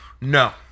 No